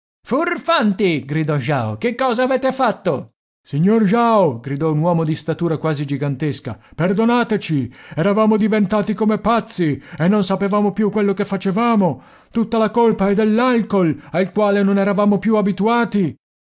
furfanti gridò jao che cosa avete fatto signor jao gridò un uomo di statura quasi gigantesca perdonateci eravamo diventati come pazzi e non sapevamo più quello che facevamo tutta la colpa è dell'alcool al quale non eravamo più abituati